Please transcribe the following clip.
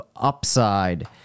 upside